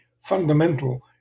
fundamental